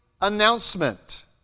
announcement